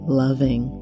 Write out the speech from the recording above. loving